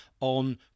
on